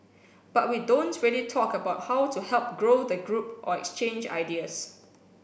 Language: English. but we don't really talk about how to help grow the group or exchange ideas